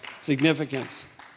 Significance